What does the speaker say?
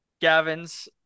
Gavins